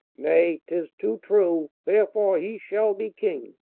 nay, tis too true, therefore he shall be king